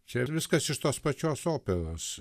čia viskas iš tos pačios operos